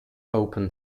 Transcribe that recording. open